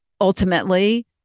ultimately